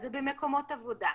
אז זה במקומות עבודה,